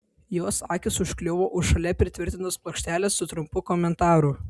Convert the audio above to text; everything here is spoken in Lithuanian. jos akys užkliuvo už šalia pritvirtintos plokštelės su trumpu komentaru